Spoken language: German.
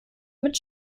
mit